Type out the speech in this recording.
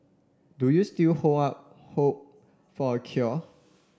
do you still hold out hope for a cure